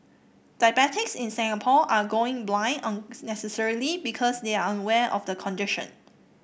diabetics in Singapore are going blind unnecessarily because they are unaware of the condition